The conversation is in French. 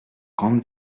grande